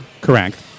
Correct